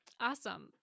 Awesome